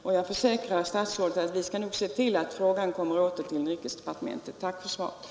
Och jag försäkrar statsrådet att vi skall se till att frågan kommer åter till inrikesdepartementet Tack för svaret!